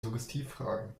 suggestivfragen